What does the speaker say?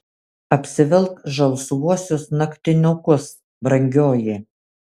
apsivilk žalsvuosius naktinukus brangioji